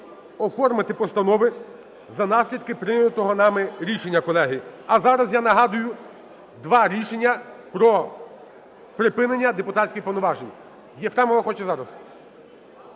оформити постанови за наслідки прийнятого нами рішення, колеги. А зараз, я нагадую, два рішення про припинення депутатських повноважень. Єфремова хоче зараз.